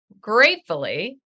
gratefully